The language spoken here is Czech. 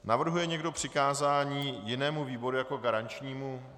Navrhuje někdo přikázání jinému výboru jako garančnímu?